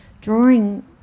drawing